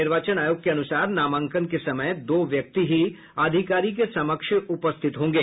निर्वाचन आयोग के अनुसार नामांकन के समय दो व्यक्ति ही अधिकारी के समक्ष उपस्थित होंगे